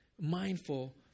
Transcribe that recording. mindful